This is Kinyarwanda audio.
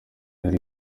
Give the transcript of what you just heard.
yari